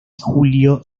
julio